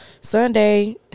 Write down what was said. Sunday